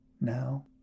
now